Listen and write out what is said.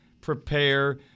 prepare –